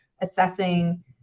assessing